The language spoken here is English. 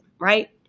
right